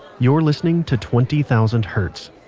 you're listening to twenty thousand hertz.